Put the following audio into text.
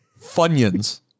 Funyuns